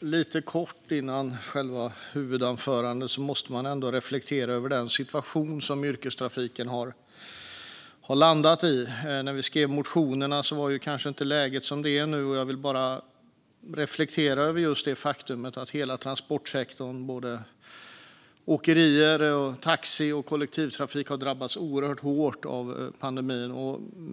Lite kort innan jag fortsätter mitt huvudanförande måste jag ändå reflektera över den situation som yrkestrafiken har landat i. När vi skrev motionerna var kanske inte läget som det är nu. Jag vill reflektera över det faktum att hela transportsektorn med åkerier, taxi och kollektivtrafik har drabbats oerhört hårt av pandemin.